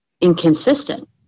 inconsistent